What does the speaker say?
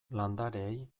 landareei